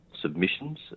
submissions